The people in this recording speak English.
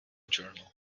journal